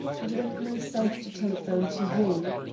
and went myself to telephone to you.